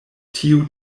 tiu